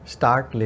Start